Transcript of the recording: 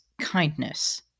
kindness